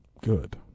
good